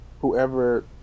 whoever